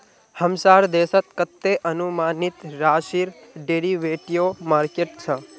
हमसार देशत कतते अनुमानित राशिर डेरिवेटिव मार्केट छ